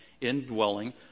indwelling